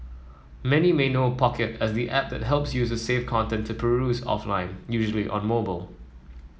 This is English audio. many may know Pocket as the app that helps users save content to peruse offline usually on mobile